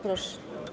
Proszę.